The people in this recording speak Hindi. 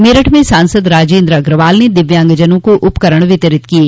मेरठ में सांसद राजेन्द्र अग्रवाल ने दिव्यांगजनों को उपकरण वितरित किये